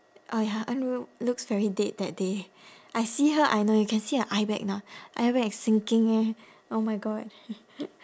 oh ya en ru looks very dead that day I see her I know you can see her eye bag you know eye bag like sinking eh oh my god